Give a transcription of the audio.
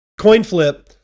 CoinFlip